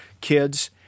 kids